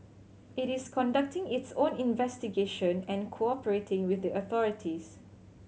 it is conducting its own investigation and cooperating with the authorities